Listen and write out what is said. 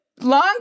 long